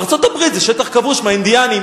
ארצות-הברית זה שטח כבוש מהאינדיאנים.